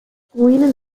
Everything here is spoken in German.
ruinen